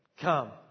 Come